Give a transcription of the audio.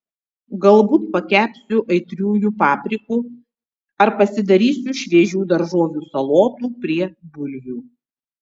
galbūt pakepsiu aitriųjų paprikų ar pasidarysiu šviežių daržovių salotų prie bulvių